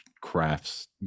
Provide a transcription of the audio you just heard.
crafts